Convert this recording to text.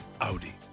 Audi